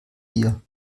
ihr